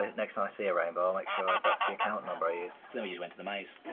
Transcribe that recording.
ah next time i see a rainbow, i'll make sure that's the account number i use. so then we just went to the maze.